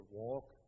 walk